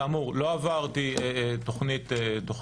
כאמור, לא עברתי תוכנית-תוכנית.